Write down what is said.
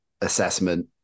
assessment